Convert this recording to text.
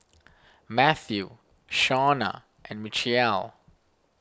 Mathew Shona and Michial